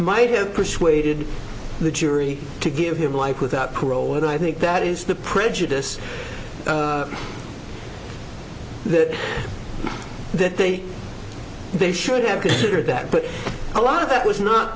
might have persuaded the jury to give him life without parole and i think that is the prejudice that they think they should have considered that but a lot of that was not